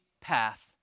path